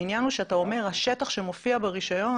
העניין הוא שאתה אומר השטח שמופיע ברישיון.